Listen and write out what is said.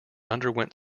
underwent